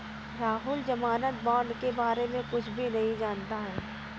राहुल ज़मानत बॉण्ड के बारे में कुछ भी नहीं जानता है